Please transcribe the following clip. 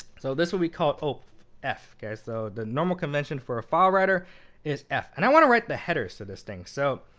so this would be called um f. so the normal convention for a filewriter is f. and i want to write the headers to this thing. so,